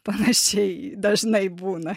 panašiai dažnai būna